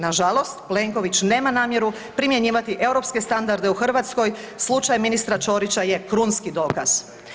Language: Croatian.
Nažalost, Plenković nema namjeru primjenjivati europske standarde u Hrvatskoj, slučaj ministra Ćorića je krunski dokaz.